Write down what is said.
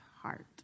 heart